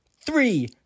three